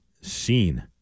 seen